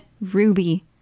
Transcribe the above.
Ruby